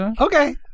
Okay